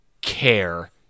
care